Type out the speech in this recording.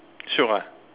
shiok ah